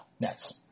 Nets